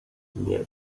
nie